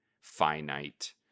finite